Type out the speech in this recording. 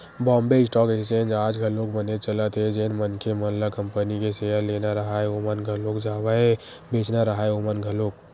Bombay stock exchange आज घलोक बनेच चलत हे जेन मनखे मन ल कंपनी के सेयर लेना राहय ओमन घलोक जावय बेंचना राहय ओमन घलोक